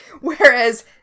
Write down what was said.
whereas